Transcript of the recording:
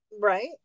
right